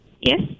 Yes